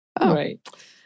Right